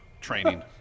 training